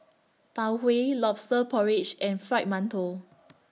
Tau Huay Lobster Porridge and Fried mantou